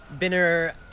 Binner